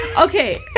okay